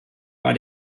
war